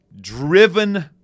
driven